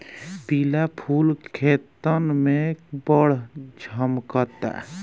पिला फूल खेतन में बड़ झम्कता